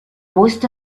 most